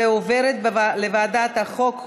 ועוברת לוועדת החוקה,